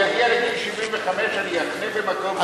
אני אגיע לגיל 75, ואני אחנה במקום, ?